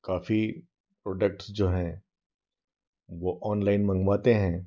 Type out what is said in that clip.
काफी प्रोडक्ट्स जो है वह ऑनलाइन मंगवाते हैं